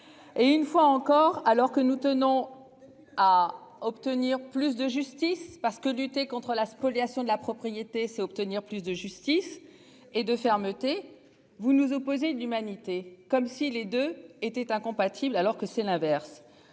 Et une fois encore, alors que nous tenons. À obtenir plus de justice parce que lutter contre la spoliation de la propriété, c'est obtenir plus de justice et de fermeté. Vous nous opposer de l'humanité, comme si les deux étaient incompatible alors que c'est l'inverse,